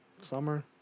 summer